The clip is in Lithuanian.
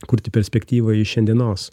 kurti perspektyvą iš šiandienos